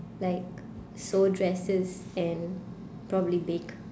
like sew dresses and probably bake